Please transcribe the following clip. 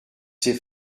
c’est